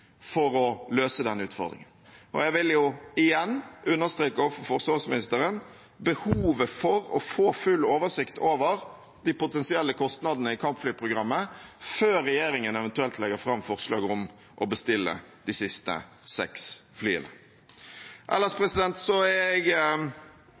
for å løse den utfordringen. Jeg vil igjen understreke overfor forsvarsministeren behovet for å få full oversikt over de potensielle kostnadene i kampflyprogrammet før regjeringen eventuelt legger fram forslag om å bestille de siste seks flyene. Ellers